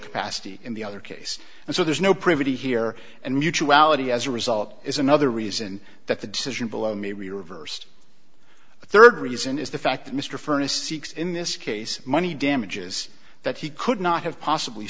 capacity in the other case and so there's no privity here and mutuality as a result is another reason that the decision below maybe reversed the third reason is the fact that mr furnace seeks in this case money damages that he could not have possibly